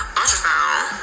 ultrasound